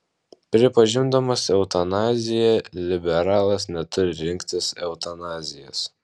pripažindamas eutanaziją liberalas neturi rinktis eutanazijos